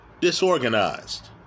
disorganized